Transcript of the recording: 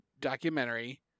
documentary